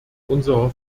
unserer